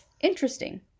interesting